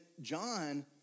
John